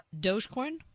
Dogecoin